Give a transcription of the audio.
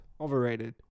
Overrated